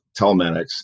telematics